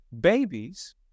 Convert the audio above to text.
Babies